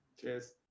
Cheers